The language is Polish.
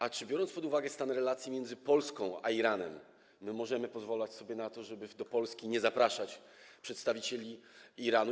A czy biorąc pod uwagę stan relacji między Polską a Iranem, możemy pozwalać sobie na to, żeby do Polski nie zapraszać przedstawicieli Iranu?